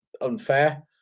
unfair